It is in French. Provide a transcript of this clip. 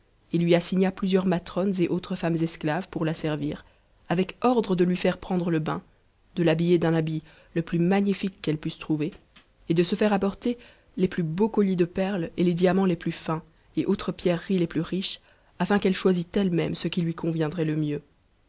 et lui assigna plusieurs matrones et autres femmes esctavc pour la servir avec ordre de lui faire prendre le bain de l'habiller j'u habit le plus magnifique qu'elles pussent trouver et de se faire appor les plus beaux colliers de perles et les diamants les plus fins et autres niprreries les plus riches afin qu'elle choisît elle-même ce qui lui conviendrait le mieux